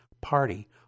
party